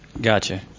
gotcha